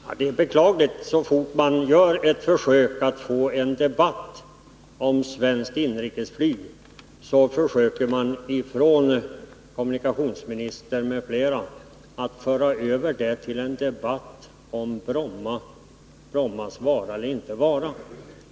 Herr talman! Det är beklagligt att så fort man gör ett försök att få en debatt om svenskt inrikesflyg försöker kommunikationsministern m.fl. att föra över debatten till att gälla Brommas vara eller inte vara.